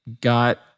got